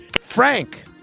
Frank